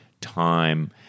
time